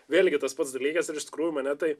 vėl gi tas pats dalykas iš tikrųjų mane tai